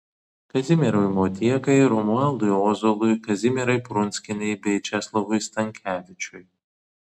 kazimierui motiekai romualdui ozolui kazimierai prunskienei bei česlovui stankevičiui